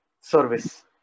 service